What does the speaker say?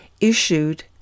issued